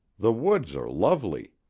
the woods are lovely.